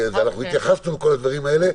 התייחסנו לכל הדברים האלה.